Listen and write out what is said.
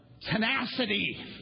tenacity